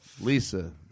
Lisa